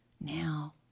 Now